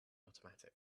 automatic